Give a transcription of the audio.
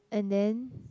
and then